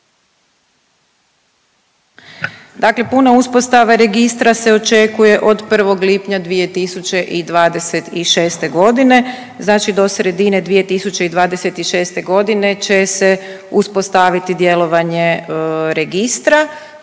Dakle, puna uspostava registra se očekuje od 1. lipnja 2026.g. znači do sredine 2026.g. će se uspostaviti djelovanje registra.